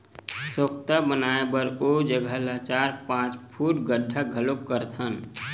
सोख्ता बनाए बर ओ जघा ल चार, पाँच फूट गड्ढ़ा घलोक करथन